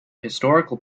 historical